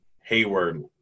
hayward